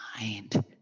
mind